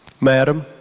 Madam